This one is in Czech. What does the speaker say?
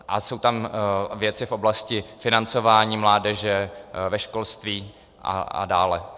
A jsou tam věci v oblasti financování mládeže, ve školství a dále.